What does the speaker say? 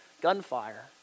gunfire